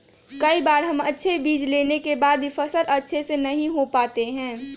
कई बार हम अच्छे बीज लेने के बाद भी फसल अच्छे से नहीं हो पाते हैं?